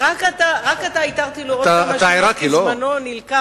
רק עתה התרתי לו עוד כמה שניות כי זמנו נלקח,